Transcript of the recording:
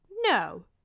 No